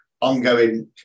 ongoing